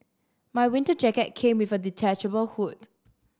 my winter jacket came with a detachable hood